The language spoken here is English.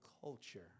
culture